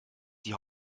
die